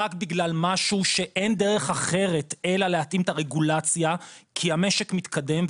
רק בגלל משהו שאין דרך אחרת אלא להתאים את הרגולציה כי המשק מתקדם,